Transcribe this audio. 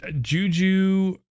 Juju